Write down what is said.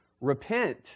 Repent